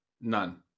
none